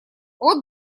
вот